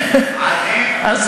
מה זה?